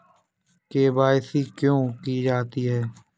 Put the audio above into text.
KYC क्यों की जाती है?